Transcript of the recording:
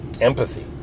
empathy